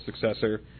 successor